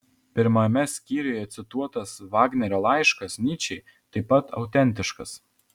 pirmame skyriuje cituotas vagnerio laiškas nyčei taip pat autentiškas